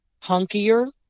hunkier